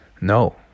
No